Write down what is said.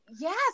Yes